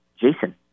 Jason